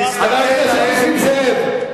חבר הכנסת נסים זאב,